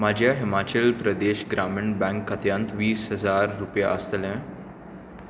म्हज्या हिमाचल प्रदेश ग्रामीण बँक खात्यांत वीस हजार रुपया आसतले